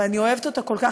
ואני אוהבת אותה כל כך,